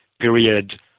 period